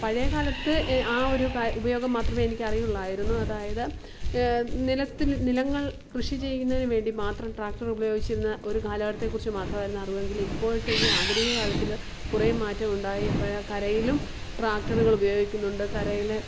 പഴയ കാലത്ത് ആ ഒരു ക ഉപയോഗം മാത്രമേ എനിക്ക് അറിയുള്ളായിരുന്നു അതായത് നിലത്ത് നിലങ്ങൾ കൃഷി ചെയ്യുന്നതിന് വേണ്ടി മാത്രം ട്രാക്ടറുകൾ ഉപയോഗിച്ചിരുന്ന ഒരു കാലഘട്ടത്തെ കുറിച്ച് മാത്രമായിരുന്നു അറിവെങ്കിൽ ഇപ്പോഴത്തെ ഈ ആധുനിക കാലത്തിൽ കുറേ മാറ്റം ഉണ്ടായി അപ്പം കരയിലും ട്രാക്ടറുകൾ ഉപയോഗിക്കുന്നുണ്ട് കരയിൽ